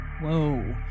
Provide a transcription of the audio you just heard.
Whoa